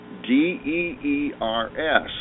D-E-E-R-S